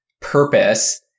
purpose